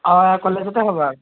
অঁ অঁ কলেজতে হ'ব আৰু